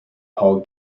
paul